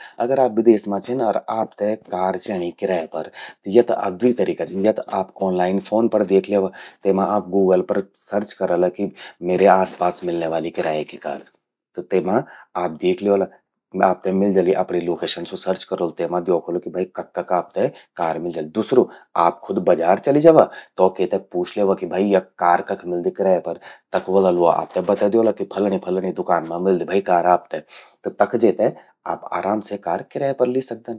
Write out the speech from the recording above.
अगर आप विदेश मां छिन अर आपते कार चैंणी किराया पर, त य आप, द्वी तरीका छिन। य त आप ऑनलाइन फोन पर द्येख ल्यवा। तेमा आप गूगल पर सर्च कराला कि मेरे आस पास मिलने वाली किराए की कार। त तेमा आप द्येख ल्योला, आपते मिलि जलि। अपणि लोकेशन स्वो सर्च करोलु, तेमा द्येखोलु कि भई कख कख आपते कार मिलि जलि। दूसरु आप खुद बजार चलि जावा, तौ केते पूछ ल्यवा कि भई यख कार कख मिलदि किराया पर। तख वला ल्वो आपते बतै द्योला कि फलणि-फलणि दुकान मां मिलदि भई कार आपते। त तख जेते आप आराम से कार किराया पर ली सकदन।